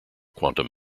quantum